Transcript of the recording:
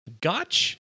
Gotch